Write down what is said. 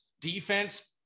defense